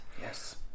Yes